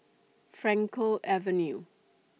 Frankel Avenue